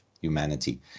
humanity